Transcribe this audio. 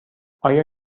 آیا